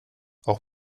auch